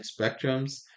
spectrums